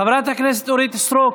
חברת הכנסת אורית סטרוק,